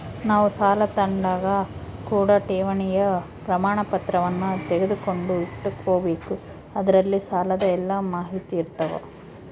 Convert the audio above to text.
ನಾವು ಸಾಲ ತಾಂಡಾಗ ಕೂಡ ಠೇವಣಿಯ ಪ್ರಮಾಣಪತ್ರವನ್ನ ತೆಗೆದುಕೊಂಡು ಇಟ್ಟುಕೊಬೆಕು ಅದರಲ್ಲಿ ಸಾಲದ ಎಲ್ಲ ಮಾಹಿತಿಯಿರ್ತವ